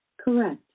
Correct